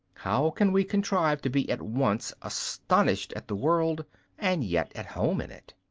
how can we contrive to be at once astonished at the world and yet at home in it?